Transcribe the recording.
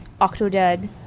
Octodad